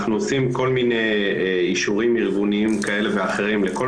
אנחנו עושים כל מיני אישורים ארגוניים כאלה ואחרים לכל